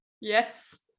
Yes